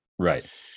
Right